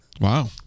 Wow